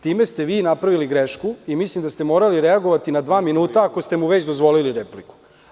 Time ste napravili grešku i mislim da ste morali reagovati na dva minuta, ako ste mu već dozvolili repliku.